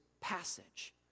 passage